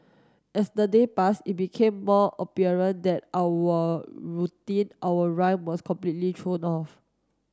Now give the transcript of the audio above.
as the day passed it became more apparent that our routine our rhyme was completely thrown off